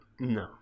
No